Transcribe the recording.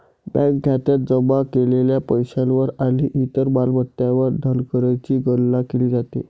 bank खात्यात जमा केलेल्या पैशावर आणि इतर मालमत्तांवर धनकरची गणना केली जाते